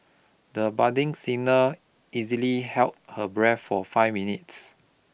the budding singer easily held her breath for five minutes